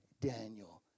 Daniel